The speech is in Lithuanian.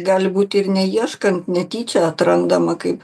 gali būti ir neieškant netyčia atrandama kaip